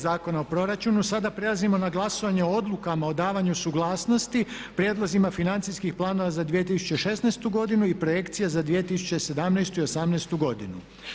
Zakona o proračunu sada prelazimo na glasovanje o odlukama o davanju suglasnosti, prijedlozima financijskih planova za 2016. godinu i projekcije za 2017. i osamnaestu godinu.